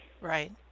Right